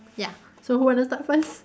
ya so who want to start first